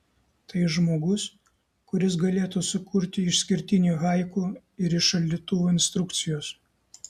tai žmogus kuris galėtų sukurti išskirtinį haiku ir iš šaldytuvo instrukcijos